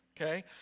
okay